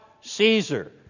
Caesar